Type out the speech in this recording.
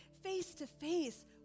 face-to-face